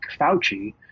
Fauci